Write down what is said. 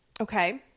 Okay